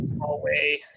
hallway